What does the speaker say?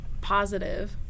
positive